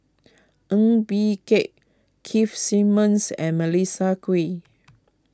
Ng Bee Kia Keith Simmons and Melissa Kwee